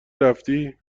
رفتی